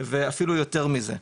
אפילו יותר מזה.